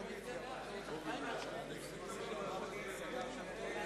היתה הסתייגות לסעיף 9 של זבולון